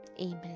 Amen